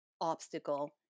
obstacle